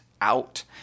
out